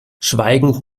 schweigend